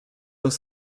dans